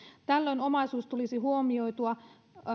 tällöin omaisuus tulisi huomioitua